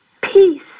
Peace